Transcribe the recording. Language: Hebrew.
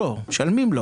לא, משלמים לו